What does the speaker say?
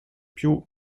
più